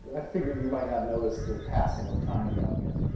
i figured you might not notice the passing of time down here.